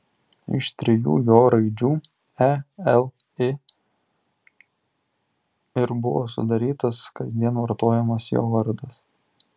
iš trijų jo raidžių e l i ir buvo sudarytas kasdien vartojamas jo vardas